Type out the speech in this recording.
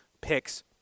picks